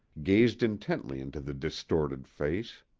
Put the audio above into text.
gazed intently into the distorted face.